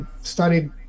studied